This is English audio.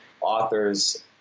authors